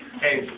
Hey